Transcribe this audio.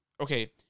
okay